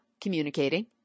communicating